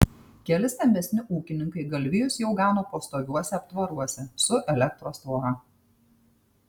keli stambesni ūkininkai galvijus jau gano pastoviuose aptvaruose su elektros tvora